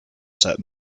set